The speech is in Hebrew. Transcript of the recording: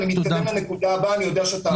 אני מתקדם לנקודה הבאה, אני יודע שאתה עמוס.